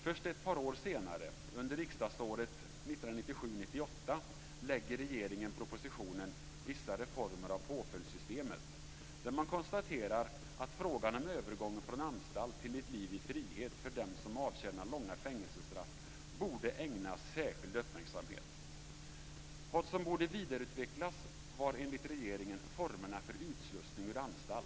Först ett par år senare, under riksdagsåret 1997/98, lägger regeringen fram propositionen Vissa reformer av påföljdssystemet, där man konstaterar att frågan om övergången från anstalt till ett liv i frihet för dem som avtjänar långa fängelsestraff borde ägnas särskild uppmärksamhet. Vad som borde vidareutvecklas var enligt regeringen formerna för utslussning ur anstalt.